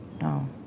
no